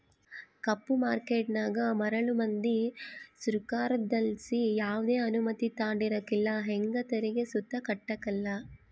ಕಪ್ಪು ಮಾರ್ಕೇಟನಾಗ ಮರುಳು ಮಂದಿ ಸೃಕಾರುದ್ಲಾಸಿ ಯಾವ್ದೆ ಅನುಮತಿ ತಾಂಡಿರಕಲ್ಲ ಹಂಗೆ ತೆರಿಗೆ ಸುತ ಕಟ್ಟಕಲ್ಲ